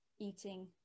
eating